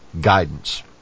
guidance